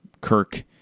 kirk